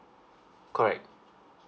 correct